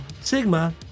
Sigma